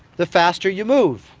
the faster you move.